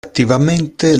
attivamente